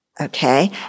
Okay